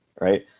right